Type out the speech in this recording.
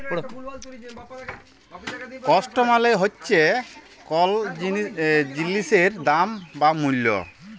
cost মালে হচ্যে কল জিলিসের দাম বা মূল্য